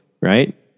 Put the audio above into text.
right